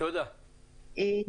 תודה רבה.